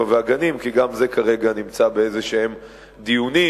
והגנים כי גם זה כרגע נמצא בדיונים כלשהם,